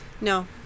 No